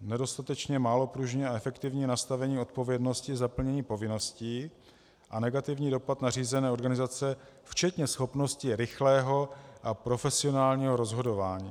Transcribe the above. nedostatečně málo pružné a efektivní nastavení odpovědnosti za plnění povinností a negativní dopad na řízené organizace včetně schopnosti rychlého a profesionálního rozhodování.